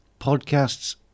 Podcasts